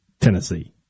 Tennessee